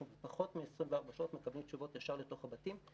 אנחנו בפחות מ-24 שעות מקבלים תשובות ישר לתוך הבתים.